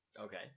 Okay